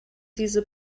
diese